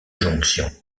jonction